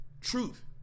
truth